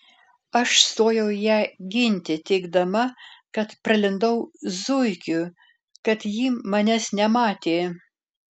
aš stojau ją ginti teigdama kad pralindau zuikiu kad jį manęs nematė